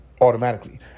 automatically